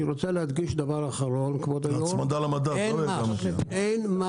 אני רוצה להדגיש דבר אחרון: אין מס